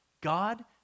God